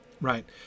Right